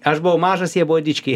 aš buvau mažas jie buvo dičkiai